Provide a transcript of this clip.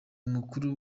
mukuru